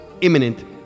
imminent